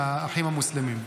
עם האחים המוסלמים.